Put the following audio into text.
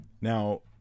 Now